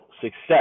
success